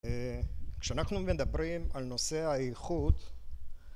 כשאנחנו מדברים על נושא האיכות